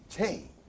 Change